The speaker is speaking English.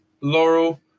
laurel